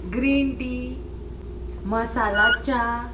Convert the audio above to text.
green tea मसालाच्या